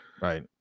Right